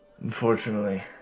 Unfortunately